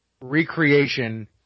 recreation